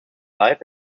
life